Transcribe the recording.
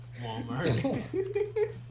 Walmart